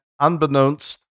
unbeknownst